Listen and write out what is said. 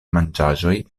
manĝaĵoj